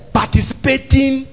participating